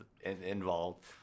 involved